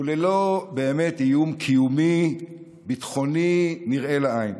וללא באמת איום קיומי ביטחוני נראה לעין.